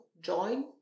join